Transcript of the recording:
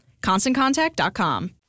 ConstantContact.com